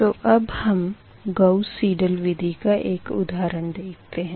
तो अब हम गाउस साइडल विधि का एक उधारण देखते है